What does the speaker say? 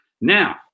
now